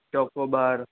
chocobar